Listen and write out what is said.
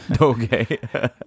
Okay